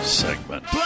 segment